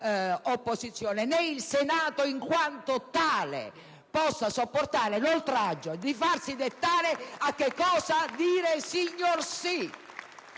dell'opposizione, né il Senato in quanto tale possano sopportare l'oltraggio di farsi dettare a che cosa dire «signorsì»!